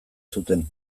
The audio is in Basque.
zuten